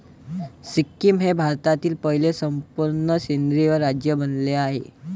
सिक्कीम हे भारतातील पहिले संपूर्ण सेंद्रिय राज्य बनले आहे